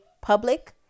public